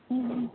ਹਮ